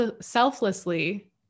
selflessly